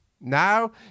now